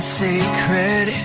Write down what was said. sacred